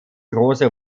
große